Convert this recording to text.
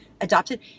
adopted